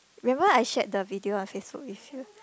remember I shared the video on FaceBook with you